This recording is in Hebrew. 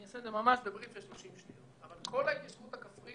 אני אעשה את זה ממש ב-brief של 30 שניות אבל את כל ההתיישבות הכפרית